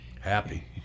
Happy